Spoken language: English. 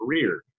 career